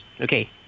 Okay